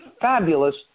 fabulous